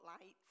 lights